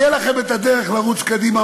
תהיה לכם דרך לרוץ קדימה.